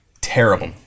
terrible